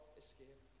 escape